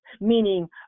meaning